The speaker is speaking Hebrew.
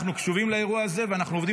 אנחנו קשובים לאירוע הזה ואנחנו עובדים